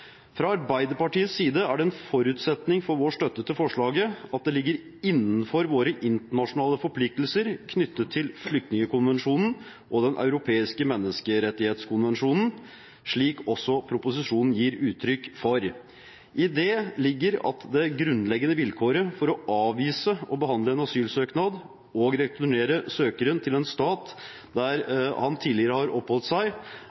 fra representanten Helga Pedersens innlegg i den debatten: «Fra Arbeiderpartiets side er det en forutsetning for vår støtte til forslaget at det ligger innenfor våre internasjonale forpliktelser knyttet til Flyktningkonvensjonen og Den europeiske menneskerettighetskonvensjon, slik også proposisjonen gir uttrykk for. I det ligger at det grunnleggende vilkåret for å avvise å behandle en asylsøknad og returnere søkeren til en stat der